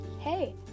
hey